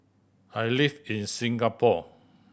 I live in Singapore